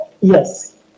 Yes